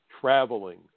traveling